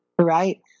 right